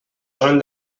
són